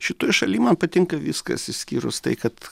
šitoj šaly man patinka viskas išskyrus tai kad